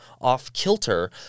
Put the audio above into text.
off-kilter